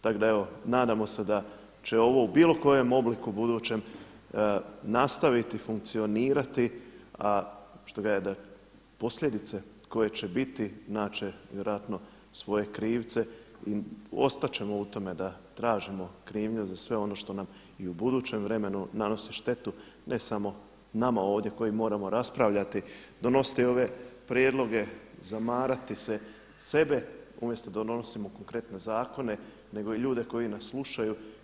Tako da evo nadamo se će ovo u bilo kojem obliku budućem nastaviti funkcionirati, … posljedice koje će biti imat će vjerojatno svoje krivce i ostat ćemo u tome da tražimo krivnju za sve ono što nam i u budućem vremenu nanosi štetu, ne samo nama ovdje koji moramo raspravljati, donositi ove prijedloge, zamarati se sebe umjesto da donosimo konkretne zakone nego i ljude koji nas slučaju.